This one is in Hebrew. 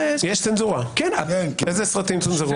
איזה סרטים צונזרו?